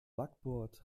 backbord